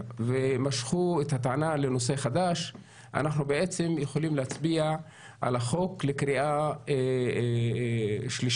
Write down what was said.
ומשכו את הטענה לנושא חדש אנחנו יכולים להצביע על החוק לקריאה שלישית